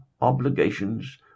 obligations